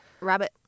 rabbit